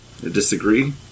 disagree